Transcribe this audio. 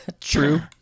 True